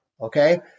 Okay